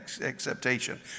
acceptation